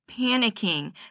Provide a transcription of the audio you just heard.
panicking